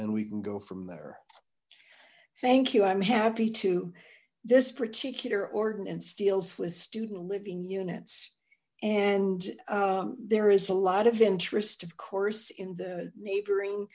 and we can go from there thank you i'm happy to this particular ordinance deals with student living units and there is a lot of interest of course in the neighboring